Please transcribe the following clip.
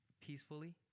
peacefully